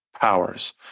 powers